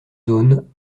zones